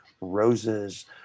roses